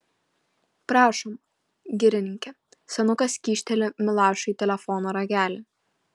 prašom girininke senukas kyšteli milašiui telefono ragelį